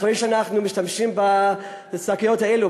אחרי שאנחנו משתמשים בשקיות האלה,